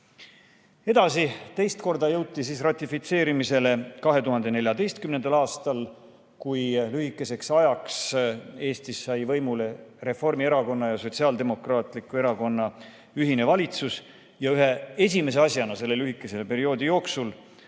Teist korda jõuti ratifitseerimiseni 2014. aastal, kui lühikeseks ajaks sai Eestis võimule Reformierakonna ja Sotsiaaldemokraatliku Erakonna ühine valitsus. Üks esimesi asju selle lühikese perioodi jooksul